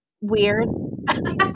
weird